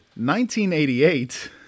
1988